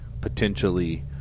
potentially